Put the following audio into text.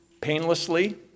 painlessly